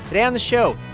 today on the show,